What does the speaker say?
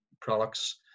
products